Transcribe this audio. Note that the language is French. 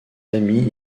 amis